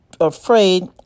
afraid